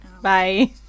Bye